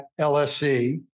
LSE